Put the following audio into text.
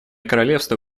королевство